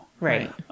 Right